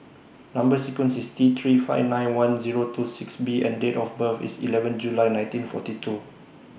Number sequence IS T three five nine one Zero two six B and Date of birth IS eleven July nineteen forty two